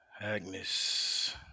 Agnes